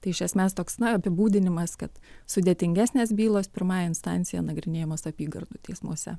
tai iš esmės toks apibūdinimas kad sudėtingesnės bylos pirmąja instancija nagrinėjamos apygardų teismuose